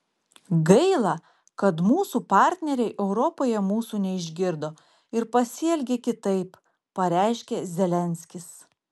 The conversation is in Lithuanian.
gaila kad mūsų partneriai europoje mūsų neišgirdo ir pasielgė kitaip pareiškė zelenskis